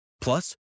Plus